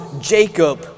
Jacob